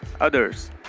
others